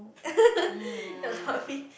your tummy